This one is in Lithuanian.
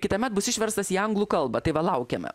kitąmet bus išverstas į anglų kalbą tai va laukiame